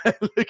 Look